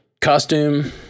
costume